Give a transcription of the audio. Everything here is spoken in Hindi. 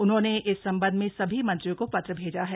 उन्होंने इस संबंध में सभी मंत्रियों को पत्र भेजा है